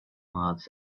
mars